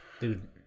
Dude